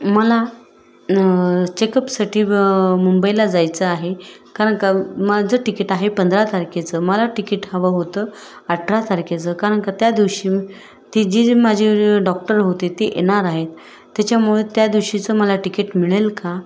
मला न चेकअपसाठी मुंबईला जायचं आहे कारण का माझं तिकीट आहे पंधरा तारखेचं मला तिकीट हवं होतं अठरा तारखेचं कारण का त्या दिवशी ती जी जी माझी डॉक्टर होते ते येणार आहेत त्याच्यामुळे त्या दिवशीचं मला तिकीट मिळेल का